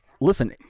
listen